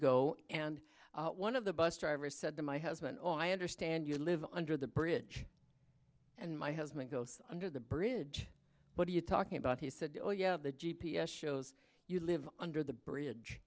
go and one of the bus drivers said to my husband i understand you live under the bridge and my husband goes under the bridge but are you talking about he said oh yeah the g p s shows you live under the bridge